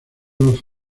los